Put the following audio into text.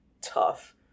tough